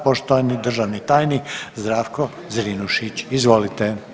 Poštovani državni tajnik Zdravko Zrinušić, izvolite.